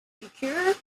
secure